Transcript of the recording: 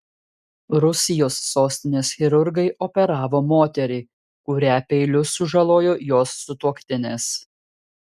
rusijos sostinės chirurgai operavo moterį kurią peiliu sužalojo jos sutuoktinis